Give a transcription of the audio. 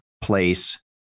place